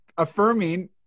Affirming